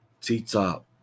T-Top